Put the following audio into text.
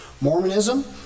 Mormonism